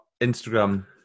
Instagram